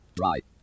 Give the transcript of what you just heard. right